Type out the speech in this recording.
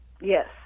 Yes